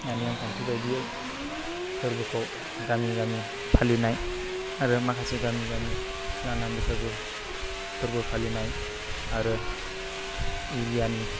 नियम खान्थि बायदियै फोरबोखौ गामि गामि फालिनाय आरो माखासे गामि गामि लाना बैसागु फोरबो फालिनाय आरो एरियानि